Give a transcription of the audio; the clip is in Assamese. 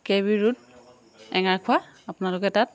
কেবি ৰোড এঙাৰখোৱা আপোনালোকে তাত